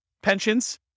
pensions